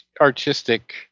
artistic